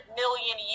million